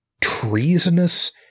treasonous